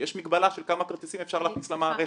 יש מגבלה של כמה כרטיסים אפשר להכניס למערכת.